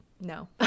no